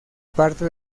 parte